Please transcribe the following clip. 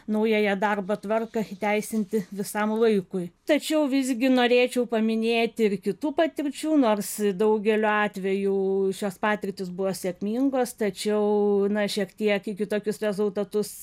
naująją darbo tvarką įteisinti visam laikui tačiau visgi norėčiau paminėti ir kitų patirčių nors daugeliu atvejų šios patirtys buvo sėkmingos tačiau na šiek tiek į kitokius rezultatus